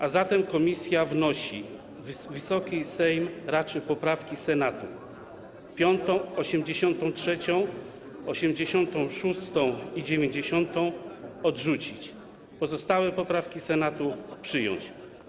A zatem komisja wnosi: Wysoki Sejm raczy poprawki Senatu: 5., 83., 86. i 90. odrzucić, a pozostałe poprawki Senatu przyjąć.